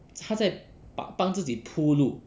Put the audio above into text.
他在帮自己铺路